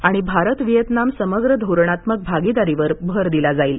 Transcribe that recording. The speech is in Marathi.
आणि भारत व्हिएतनाम समग्र धोरणात्मक भागीदारीवर भर दिला जाईल